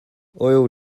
oil